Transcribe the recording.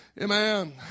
Amen